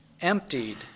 emptied